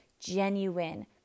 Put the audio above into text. genuine